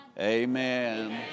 Amen